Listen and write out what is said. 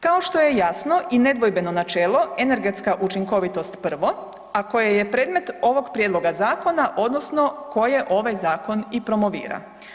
Kao što je jasno i nedvojbeno načelo energetska učinkovitost prvo, a koje je predmet ovog Prijedloga zakona odnosno koje ovaj zakon i promovira.